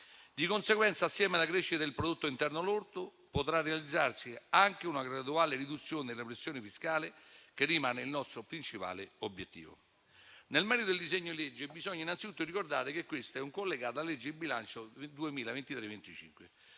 Di conseguenza, insieme alla crescita del prodotto interno lordo, potrà realizzarsi anche una graduale riduzione della pressione fiscale, che rimane il nostro principale obiettivo. Nel merito del disegno legge, bisogna innanzitutto ricordare che questo è un collegato alla legge di bilancio 2023-2025.